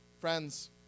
friends